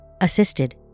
assisted